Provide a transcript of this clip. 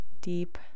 deep